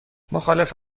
مخالف